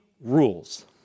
rules